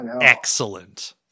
excellent